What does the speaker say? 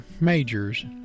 majors